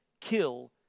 kill